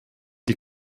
die